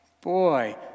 Boy